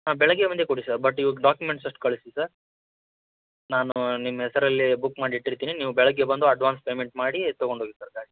ಹಾಂ ಬೆಳಿಗ್ಗೆ ಬಂದೆ ಕೊಡಿ ಸರ್ ಬಟ್ ಇವಾಗ ಡಾಕ್ಯುಮೆಂಟ್ಸ್ ಅಷ್ಟು ಕಳಿಸಿ ಸರ್ ನಾನು ನಿಮ್ಮ ಹೆಸರಲ್ಲಿ ಬುಕ್ ಮಾಡಿಟ್ಟಿರ್ತೀನಿ ನೀವು ಬೆಳಿಗ್ಗೆ ಬಂದು ಅಡ್ವಾನ್ಸ್ ಪೇಮೆಂಟ್ ಮಾಡಿ ತೊಗೊಂಡೋಗಿ ಸರ್ ಗಾಡಿ